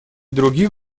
других